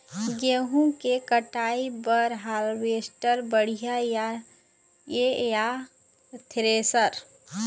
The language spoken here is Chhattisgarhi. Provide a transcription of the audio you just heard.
गेहूं के कटाई बर हारवेस्टर बढ़िया ये या थ्रेसर?